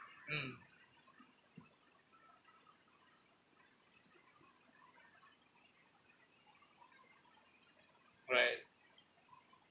mm right